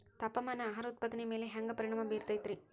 ತಾಪಮಾನ ಆಹಾರ ಉತ್ಪಾದನೆಯ ಮ್ಯಾಲೆ ಹ್ಯಾಂಗ ಪರಿಣಾಮ ಬೇರುತೈತ ರೇ?